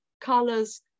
colors